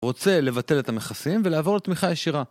רוצה לבטל את המכסים ולעבור לתמיכה ישירה.